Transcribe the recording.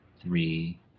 three